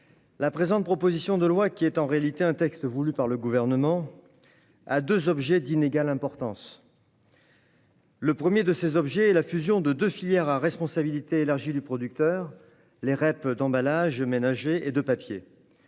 la présente proposition de loi, qui est en réalité un texte voulu par le Gouvernement, a deux objets d'inégale importance. Le premier de ces objets est la fusion de deux filières à responsabilité élargie du producteur, les REP d'emballages ménagers et de papier.